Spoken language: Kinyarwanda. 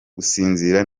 gusinzira